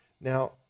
Now